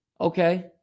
okay